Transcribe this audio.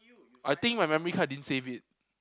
I think my memory card didn't save it